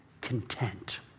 content